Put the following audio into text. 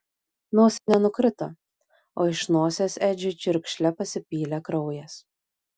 nosinė nukrito o iš nosies edžiui čiurkšle pasipylė kraujas